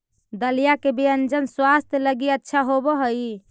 दलिया के व्यंजन स्वास्थ्य लगी अच्छा होवऽ हई